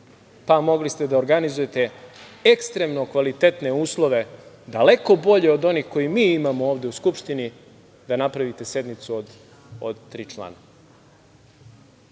tela mogli ste da organizujete ekstremno kvalitetne uslove, daleko bolje od onih koje mi imamo ovde u Skupštini, da napravite sednicu od tri člana.